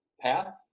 path